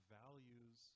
values